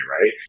right